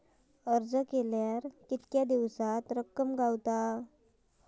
अर्ज केल्यार कीतके दिवसात रक्कम गावता?